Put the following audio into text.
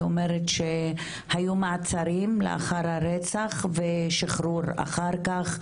היא אומרת שהיו מעצרים אחר הרצח, ושחרור אחר-כך,